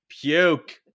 puke